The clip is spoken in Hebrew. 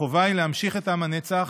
החובה היא להמשיך את עם הנצח